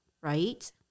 Right